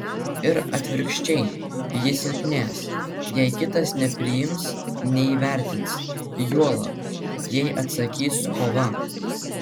ir atvirkščiai ji silpnės jei kitas nepriims neįvertins juolab jei atsakys kova